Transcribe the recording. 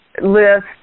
list